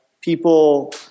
people